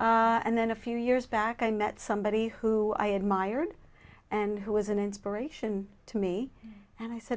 how and then a few years back i met somebody who i admired and who was an inspiration to me and i said